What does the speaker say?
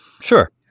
sure